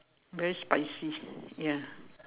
very spicy ya